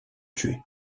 tués